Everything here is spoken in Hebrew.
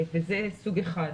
זה סוג אחד.